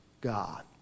God